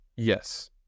Yes